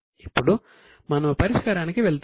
ఇప్పుడు మనము పరిష్కారానికి వెళ్తాము